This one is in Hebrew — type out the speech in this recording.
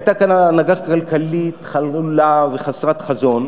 הייתה כאן הנהגה כלכלית חלולה וחסרת חזון,